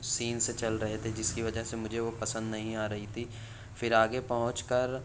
sense چل رہے تھے جس کی وجہ سے مجھے وہ پسند نہیں آ رہی تھی پھر آگے پہنچ کر